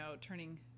Turning